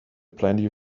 plenty